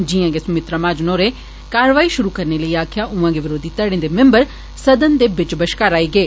जियां गै सुमित्रा महाजन होरें कारवाई शुरु करने लेई आक्खेआ उयै गै विरोधी घड़े दे मैम्बर सदन दे बिच बश्कार आई गे